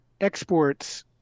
exports